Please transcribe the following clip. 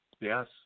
Yes